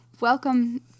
Welcome